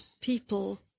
people